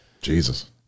Jesus